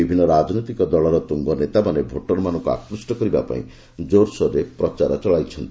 ବିଭିନ୍ନ ରାଜନୈତିକ ଦଳର ତୁଙ୍ଗ ନେତାମାନେ ଭୋଟରମାନଙ୍କୁ ଆକୁଷ୍ଟ କରିବା ପାଇଁ ଜୋରସୋରରେ ପ୍ରଚାର ଚଳାଇଛନ୍ତି